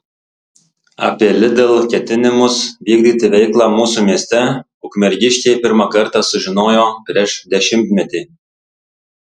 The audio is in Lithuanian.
apie lidl ketinimus vykdyti veiklą mūsų mieste ukmergiškiai pirmą kartą sužinojo prieš dešimtmetį